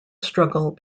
struggle